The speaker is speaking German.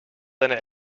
deine